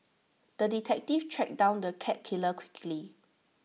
the detective tracked down the cat killer quickly